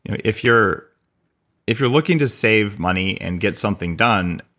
if you're if you're looking to save money and get something done